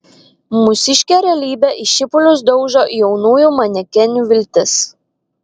mūsiškė realybė į šipulius daužo jaunųjų manekenių viltis